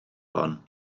hon